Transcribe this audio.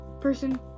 person